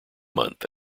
month